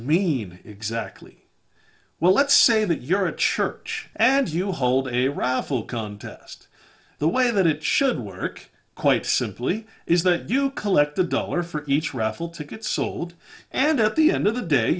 mean exactly well let's say that you're a church and you hold a raffle contest the way that it should work quite simply is that you collect a dollar for each raffle ticket sold and at the end of the day